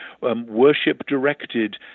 worship-directed